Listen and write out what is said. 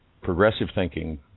progressive-thinking